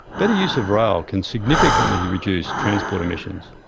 better use of rail can significantly reduce transport emissions.